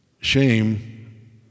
Shame